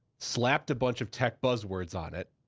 slapped a bunch of tech buzzwords on it,